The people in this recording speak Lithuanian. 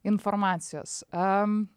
informacijos a